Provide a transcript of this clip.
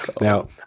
Now